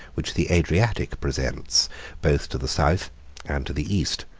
which the adriatic presents both to the south and to the east.